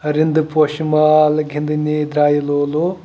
رِدٕ پوشہِ مال گِنٛدٕنی درٛایہِ لولو